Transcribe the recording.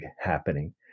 happening